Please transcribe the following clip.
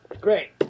Great